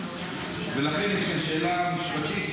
ולכן יש כאן שאלה משפטית,